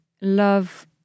love